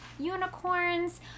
unicorns